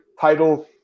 title